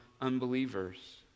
unbelievers